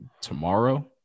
tomorrow